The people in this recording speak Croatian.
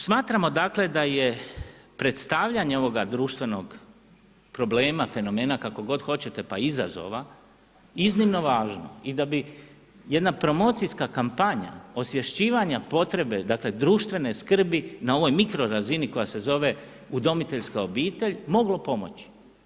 Smatramo dakle da je predstavljanje ovog društvenog problema, fenomena kako god hoćete, pa i izazova iznimno važno i da bi jedna promocijska kampanja osvješćivanja potrebe, dakle društvene skrbi na ovoj mikro razini koja se zove udomiteljska obitelj, moglo pomoći.